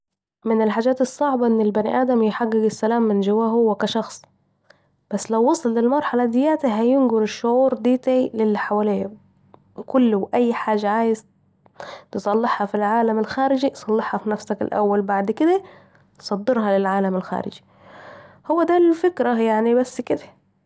من الحجات الصعبه أن البني آدم يحقق السلام من جواه هو كاشخاص، بس لو وصل للمرحلة دياتي هينقل الشعور ديتي للي حوليه وكل و أي حاجة عايز تصلحها في العالم الخارجي صلحها في نفسك الأول بعد كده صدرها للعالم الخارجي هو ده الفكرة يعني بس كده